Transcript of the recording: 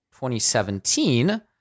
2017